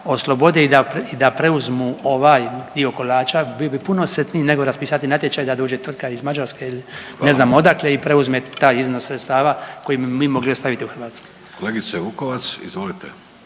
oslobode i da preuzmu ovaj dio kolača, bio bi puno sretniji nego raspisati natječaj da dođe tvrtka iz Mađarske ili …/Upadica Vidović: Hvala./… ne znam odakle i preuzme taj iznos sredstava koji bi mi mogli ostaviti u Hrvatskoj.